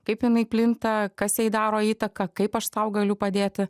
kaip jinai plinta kas jai daro įtaką kaip aš sau galiu padėti